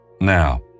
Now